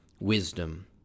wisdom